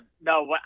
No